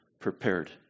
prepared